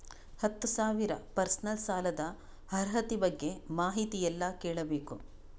ಹತ್ತು ಸಾವಿರ ಪರ್ಸನಲ್ ಸಾಲದ ಅರ್ಹತಿ ಬಗ್ಗೆ ಮಾಹಿತಿ ಎಲ್ಲ ಕೇಳಬೇಕು?